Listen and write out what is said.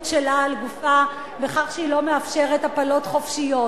שלה על גופה בכך שהיא לא מאפשרת הפלות חופשיות.